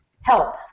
help